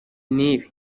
n’ibi